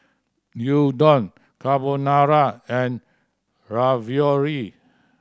Gyudon Carbonara and Ravioli